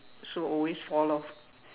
so always fall off